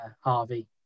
Harvey